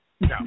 No